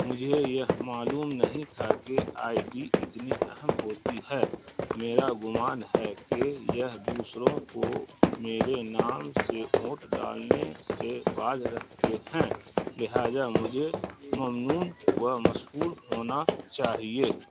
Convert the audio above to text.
مجھے یہ معلوم نہیں تھا کہ آئی ڈی اتنی اہم ہوتی ہے میرا گمان ہے کہ یہ دوسروں کو میرے نام سے ووٹ ڈالنے سے باز رکھتے ہیں لہذا مجھے ممنون و مشکور ہونا چاہیے